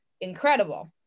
incredible